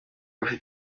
afite